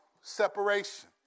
separation